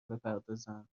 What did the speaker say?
بپردازند